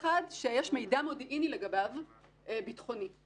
שיש מידע מודיעיני ביטחוני לגביו.